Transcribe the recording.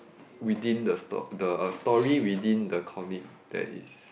within the sto~ the uh story within the comic that is